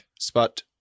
Spot